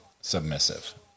submissive